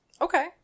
Okay